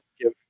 give